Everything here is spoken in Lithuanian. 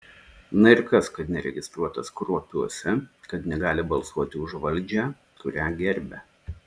na ir kas kad neregistruotas kruopiuose kad negali balsuoti už valdžią kurią gerbia